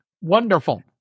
Wonderful